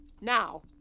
Now